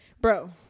bro